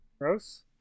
gross